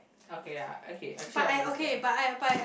okay ya okay actually I understand